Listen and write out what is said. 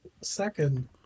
second